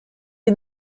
est